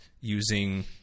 using